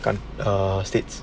and err states